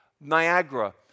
Niagara